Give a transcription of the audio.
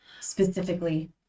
specifically